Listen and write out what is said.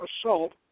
assault